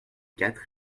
quatre